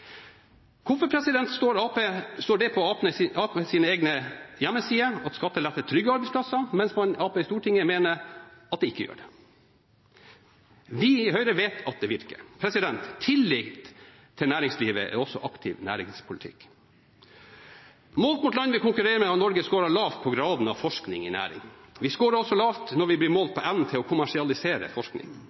Hvorfor står det på Arbeiderpartiets egen hjemmeside at skattelette trygger arbeidsplasser, mens Arbeiderpartiet i Stortinget mener at det ikke gjør det? Vi i Høyre vet at dette virker. Tillit til næringslivet er også aktiv skattepolitikk. Målt mot land vi konkurrerer med, har Norge skåret lavt på graden av forskning i næring. Vi skårer også lavt når vi blir målt på evnen til å kommersialisere forskning.